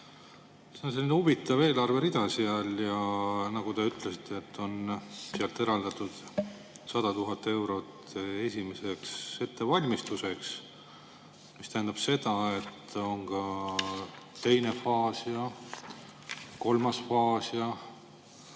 See on selline huvitav eelarverida seal. Nagu te ütlesite, sealt on eraldatud 100 000 eurot esimeseks ettevalmistuseks. See tähendab seda, et on ka teine ja kolmas faas.